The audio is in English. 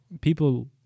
people